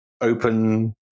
open